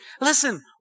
Listen